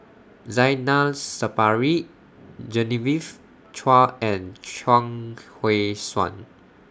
Zainal Sapari Genevieve Chua and Chuang Hui Tsuan